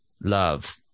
love